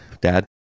Dad